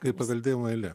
kaip paveldėjimo eilė